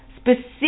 Specific